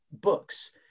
books